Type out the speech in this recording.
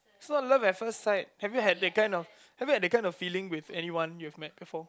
so love at first sight have you had that kind of have you had that kind of feeling with anyone you've met before